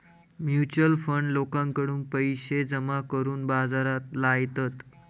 mutual fund लोकांकडून पैशे जमा करून बाजारात लायतत